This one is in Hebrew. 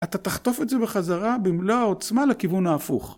אתה תחטוף את זה בחזרה במלוא העוצמה לכיוון ההפוך.